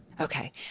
Okay